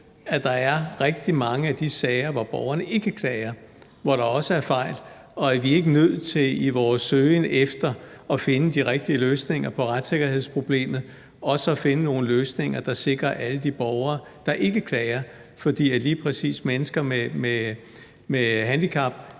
at der er rigtig mange af de sager, hvor borgerne ikke klager, og hvor der også er fejl, og er vi ikke nødt til i vores søgen efter at finde de rigtige løsninger på retssikkerhedsproblemet også at finde nogle løsninger, der sikrer alle de borgere, der ikke klager? Lige præcis mennesker med handicap